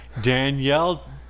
Danielle